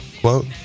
quote